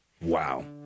Wow